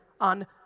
on